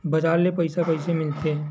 बजार ले पईसा कइसे मिलथे?